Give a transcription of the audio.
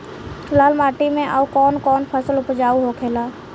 लाल माटी मे आउर कौन कौन फसल उपजाऊ होखे ला?